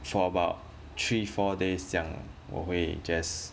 for about three four days 这样 ah 我会 just